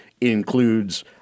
includes